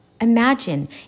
Imagine